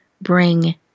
bring